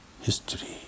history